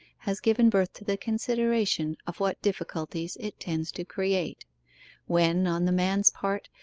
has given birth to the consideration of what difficulties it tends to create when on the man's part,